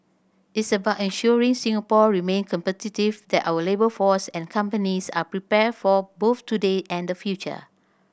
it's about ensuring Singapore remain competitive that our labour force and companies are prepared for both today and the future